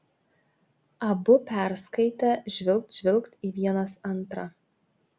abu perskaitę žvilgt žvilgt į vienas antrą